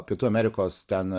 pietų amerikos ten